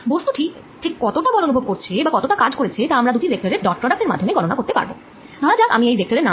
বস্তুটি ঠিক কতটা বল অনুভব করেছে বা কতটা কাজ করেছে তা আমরা দুটি ভেক্টর এর ডট প্রোডাক্ট এর মাধ্যমে গণনা করতে পারব